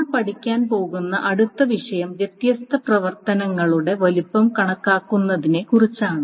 നമ്മൾ പഠിക്കാൻ പോകുന്ന അടുത്ത വിഷയം വ്യത്യസ്ത പ്രവർത്തനങ്ങളുടെ വലുപ്പം കണക്കാക്കുന്നതിനെക്കുറിച്ചാണ്